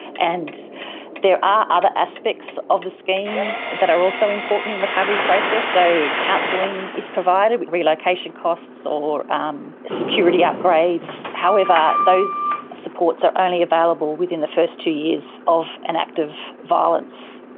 and there are other aspects of the scheme that are also important in the recovery process. so counselling is provided with relocation costs or um security upgrades. however, those supports are only available within the first two years of an act of violence,